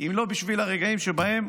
אם לא בשביל הרגעים שבהם